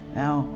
now